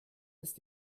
ist